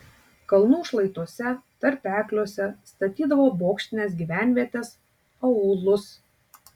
kalnų šlaituose tarpekliuose statydavo bokštines gyvenvietes aūlus